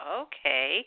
okay